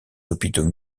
hôpitaux